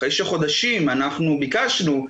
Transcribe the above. אחרי שבמשך חודשים אנחנו ביקשנו,